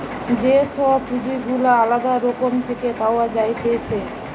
যে সব পুঁজি গুলা আলদা রকম থেকে পাওয়া যাইতেছে